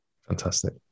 Fantastic